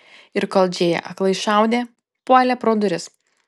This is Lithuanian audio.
ir kol džėja aklai šaudė puolė pro duris